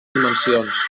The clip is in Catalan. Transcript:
dimensions